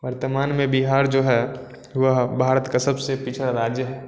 वर्तमान में बिहार जो है वह भारत का सबस पिछड़ा राज्य है